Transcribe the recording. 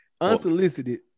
Unsolicited